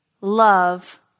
love